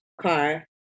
car